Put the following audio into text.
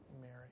Mary